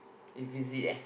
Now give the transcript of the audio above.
if visit ah